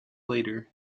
later